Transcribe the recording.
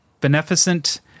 beneficent